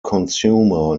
consumer